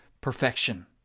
perfection